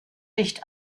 nicht